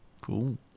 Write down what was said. Cool